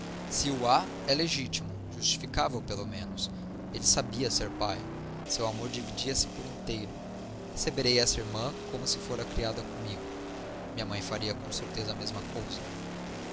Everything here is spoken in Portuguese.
se o há é legítimo justificável pelo menos ele sabia ser pai seu amor dividia-se inteiro receberei essa irmã como se fora criada comigo minha mãe faria com certeza a mesma coisa